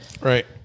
Right